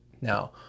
now